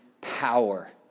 power